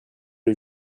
les